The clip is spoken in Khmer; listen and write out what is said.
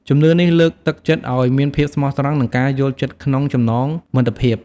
ជំនឿនេះលើកទឹកចិត្តឲ្យមានភាពស្មោះត្រង់ និងការយល់ចិត្តក្នុងចំណងមិត្តភាព។